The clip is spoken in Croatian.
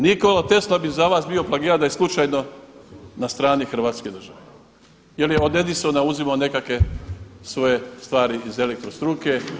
Nikola Tesla bi za vas bio plagijat da je slučajno na strani Hrvatske države jer je od Edisona uzimao nekakve svoje stvari iz elektrostruke.